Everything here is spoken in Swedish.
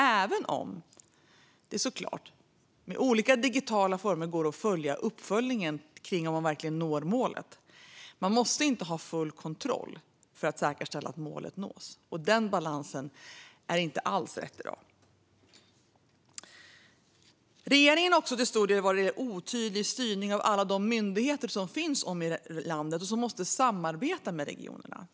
Det går såklart även att med olika digitala hjälpmedel följa upp om målen verkligen nås. Man måste inte ha full kontroll för att säkerställa att målen nås. Den balansen är inte alls rätt i dag. Regeringen har till stor del varit otydlig i styrningen av alla myndigheter som finns i landet och som måste samarbeta med regionerna.